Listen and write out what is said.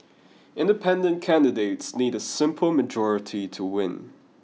independent candidates need a simple majority to win